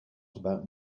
about